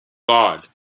god